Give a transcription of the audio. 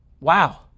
Wow